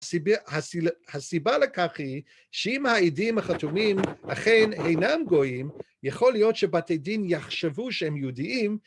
הסיבה לכך היא שאם העדים החתומים אכן אינם גויים, יכול להיות שבתי דין יחשבו שהם יהודיים